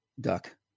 duck